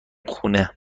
خونه